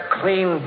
clean